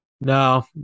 No